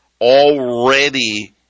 already